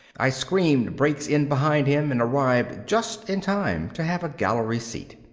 i screamed brakes in behind him and arrived just in time to have a gallery seat.